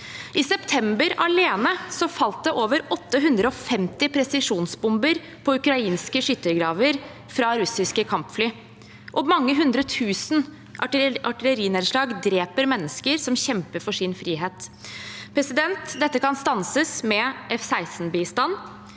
I september alene falt det over 850 presisjonsbomber på ukrainske skyttergraver fra russiske kampfly, og mange hundretusen artillerinedslag dreper mennesker som kjemper for sin frihet. Dette kan stanses med F-16-bistand,